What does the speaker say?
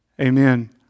Amen